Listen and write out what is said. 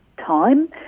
time